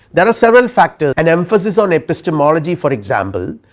there are several factors and emphasis on epistemology for example,